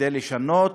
וכדי לשנות,